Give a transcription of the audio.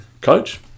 coach